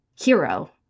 hero